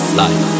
life